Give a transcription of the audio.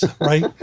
Right